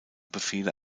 befehle